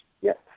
yes